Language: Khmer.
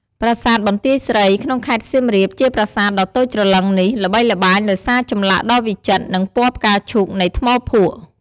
ប្រាសាទបន្ទាយស្រី ក្នុងខេត្តសៀមរាប ជាប្រាសាទដ៏តូចច្រឡឹងនេះ ល្បីល្បាញដោយសារចម្លាក់ដ៏វិចិត្រ និងពណ៌ផ្កាឈូកនៃថ្មភក់។